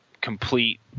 complete